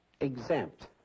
exempt